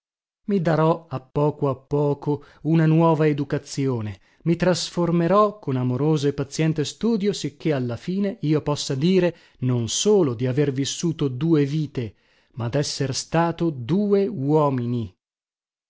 i darò a poco a poco una nuova educazione mi trasformerò con amoroso e paziente studio sicché alla fine io possa dire non solo di aver vissuto due vite ma dessere stato due uomini